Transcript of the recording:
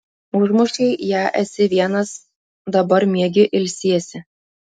užmušei ją esi vienas dabar miegi ilsiesi